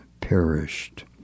perished